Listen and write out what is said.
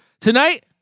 Tonight